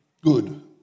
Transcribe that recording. good